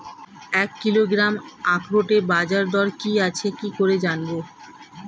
এক কিলোগ্রাম আখরোটের বাজারদর কি আছে কি করে জানবো?